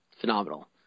phenomenal